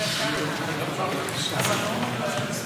חבר הכנסת